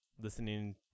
listening